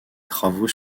travaux